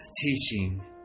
teaching